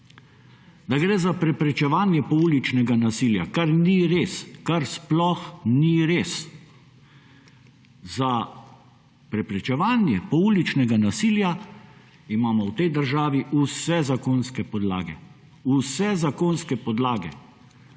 da gre za preprečevanje pouličnega nasilja; kar ni res, kar sploh ni res. Za preprečevanje pouličnega nasilja imamo v tej državi vse zakonske podlage, vse zakonske podlage.